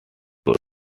good